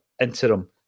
interim